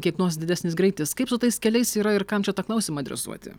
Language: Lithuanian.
kiek nors didesnis greitis kaip su tais keliais yra ir kam čia tą klausimą adresuoti